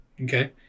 Okay